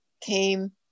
came